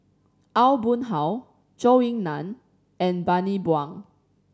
Aw Boon Haw Zhou Ying Nan and Bani Buang